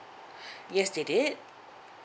yes they did